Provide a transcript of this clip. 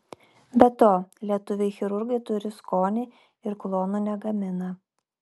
be to lietuviai chirurgai turi skonį ir klonų negamina